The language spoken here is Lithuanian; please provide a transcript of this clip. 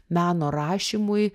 meno rašymui